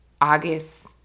August